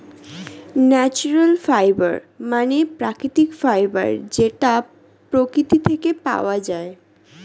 natural fiber মানে প্রাকৃতিক fiber যেটা প্রকৃতি থেকে পাওয়া যায়